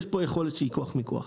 יש פה יכולת שהיא כוח מיקוח.